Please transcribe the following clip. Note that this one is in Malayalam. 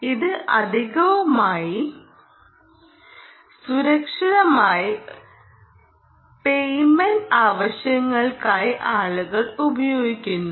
ഇത് അധികവുമായി സുരക്ഷിതമായ പേയ്മെന്റ് ആവശ്യങ്ങൾക്കായി ആളുകൾ ഉപയോഗിക്കുന്നു